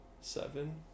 Seven